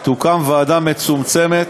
תוקם ועדה מצומצמת,